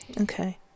Okay